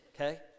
okay